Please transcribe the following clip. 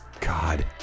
God